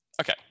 Okay